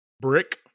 Brick